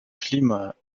climat